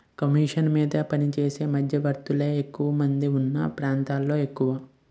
commission మీద పనిచేసే మధ్యవర్తులే ఎక్కువమంది మన ప్రాంతంలో ఎక్కువ